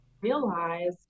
realized